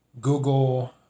Google